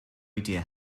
idea